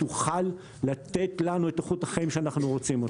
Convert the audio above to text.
תוכל לתת לנו את איכות החיים שאנחנו רוצים.